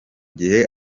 gihe